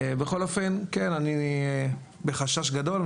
בכל אופן, כן, אני בחשש גדול.